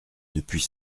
depuis